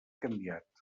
canviat